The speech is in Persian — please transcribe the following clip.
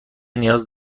نیاز